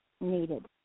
needed